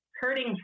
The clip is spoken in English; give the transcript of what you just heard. hurting